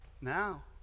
Now